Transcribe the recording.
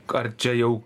ar čia jau